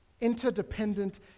Interdependent